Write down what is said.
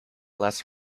less